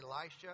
Elisha